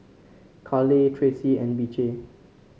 Kaleigh Tracy and Beecher